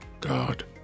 God